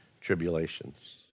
tribulations